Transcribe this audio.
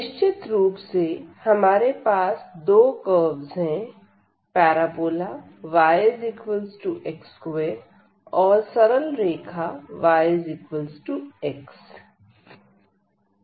निश्चित रूप से हमारे पास दो कर्वस है पैराबोला yx2 और सरल रेखा yx